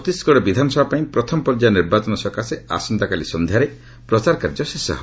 ଛତିଶଗଡ଼ ବିଧାନସଭା ପାଇଁ ପ୍ରଥମ ପର୍ଯ୍ୟାୟ ନିର୍ବାଚନ ସକାଶେ ଆସନ୍ତାକାଲି ସନ୍ଧ୍ୟାରେ ପ୍ରଚାର କାର୍ଯ୍ୟ ଶେଷ ହେବ